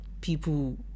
people